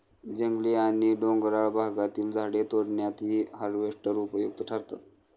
जंगली आणि डोंगराळ भागातील झाडे तोडण्यातही हार्वेस्टर उपयुक्त ठरतात